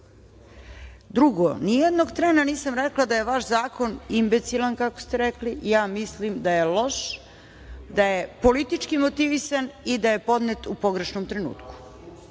jednog trena nisam rekla da je vaš zakon, kako ste rekli - imbecilan. Ja mislim da je loš, da je politički motivisan i da je podnet u pogrešnom trenutku.